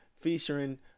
Featuring